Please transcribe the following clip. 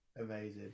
Amazing